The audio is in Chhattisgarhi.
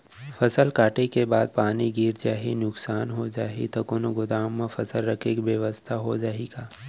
फसल कटे के बाद पानी गिर जाही, नुकसान हो जाही त कोनो गोदाम म फसल रखे के बेवस्था हो जाही का?